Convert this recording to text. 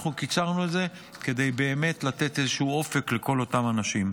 אנחנו קיצרנו את זה כדי לתת איזשהו אופק לכל אותם אנשים.